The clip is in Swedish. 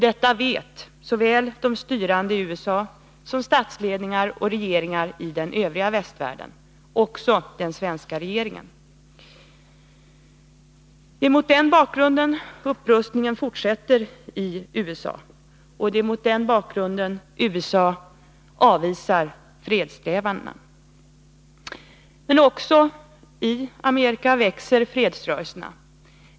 Detta vet såväl de styrande i USA som statsledningar och regeringar i den övriga västvärden — också den svenska regeringen. Det är mot den bakgrunden som upprustningen fortsätter i USA, och det är mot den bakgrunden som USA avvisar fredssträvandena. Men också i Amerika växer fredsrörelserna.